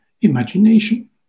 imagination